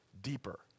deeper